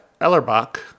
Ellerbach